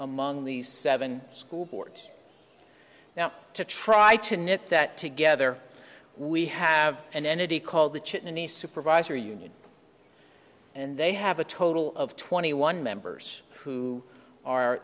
among these seven school boards now to try to knit that together we have an entity called the chimney supervisor union and they have a total of twenty one members who are